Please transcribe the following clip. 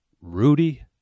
Rudy